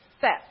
set